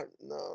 no